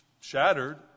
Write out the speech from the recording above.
shattered